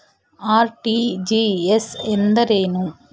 RTGS ಎಂದರೇನು?